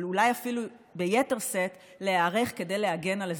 אבל אולי אפילו ביתר שאת להיערך כדי להגן על אזרחינו.